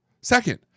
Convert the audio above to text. Second